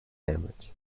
damage